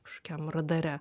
kažkokiam radare